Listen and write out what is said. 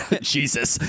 Jesus